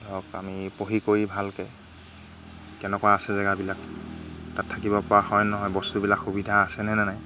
ধৰক আমি পঢ়ি কৰি ভালকৈ কেনেকুৱা আছে জেগাবিলাক তাত থাকিব পৰা হয় নহয় বস্তুবিলাক সুবিধা আছেনে নে নাই